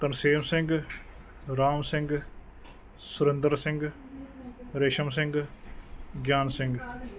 Tarsem Singh Ram Singh Surinder Singh Resham Singh Gian Singh